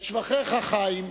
את שבחיך, חיים,